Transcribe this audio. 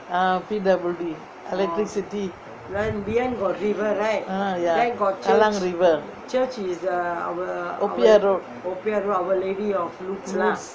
ah P_W_D electricity ah ya river popiah road